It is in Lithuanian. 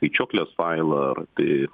skaičiuoklės failą ar tai